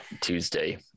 Tuesday